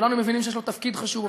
וכולנו מבינים שיש לו תפקיד חשוב.